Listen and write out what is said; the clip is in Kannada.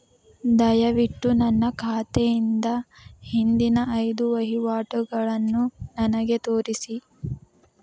ದಯವಿಟ್ಟು ನನ್ನ ಖಾತೆಯಿಂದ ಹಿಂದಿನ ಐದು ವಹಿವಾಟುಗಳನ್ನು ನನಗೆ ತೋರಿಸಿ